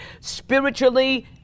spiritually